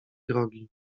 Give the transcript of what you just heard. drogi